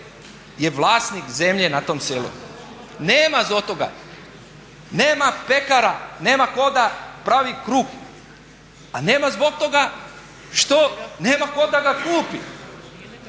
je vlasnik zemlje na tom selu, nema toga. Nema pekara, nema tko da pravi kruh, a nema zbog toga što nema koga da ga kupi.